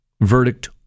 Verdict